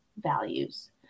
values